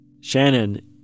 Shannon